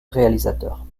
réalisateur